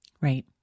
right